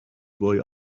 boy